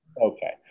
Okay